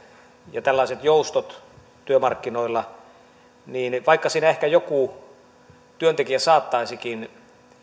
ja tällaiset joustot työmarkkinoilla niin niin vaikka siinä ehkä joku työntekijä saattaisikin